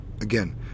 Again